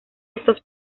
estos